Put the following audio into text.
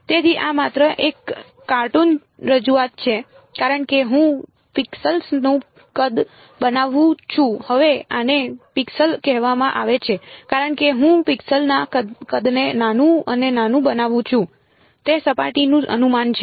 તેથી આ માત્ર એક કાર્ટૂન રજૂઆત છે કારણ કે હું પિક્સેલ નું કદ બનાવું છું હવે આને પિક્સેલ કહેવામાં આવે છે કારણ કે હું પિક્સેલના કદને નાનું અને નાનું બનાવું છું તે સપાટીનું અનુમાન છે